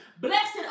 Blessed